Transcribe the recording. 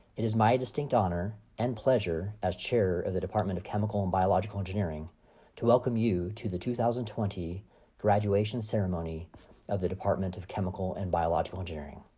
it is my distinct honor and pleasure as chair of the department of chemical and biological engineering to welcome you to the two thousand and twenty graduation ceremony of the department of chemical and biological engineering.